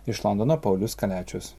iš londono paulius kaliačius